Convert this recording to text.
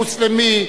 מוסלמי,